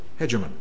hegemon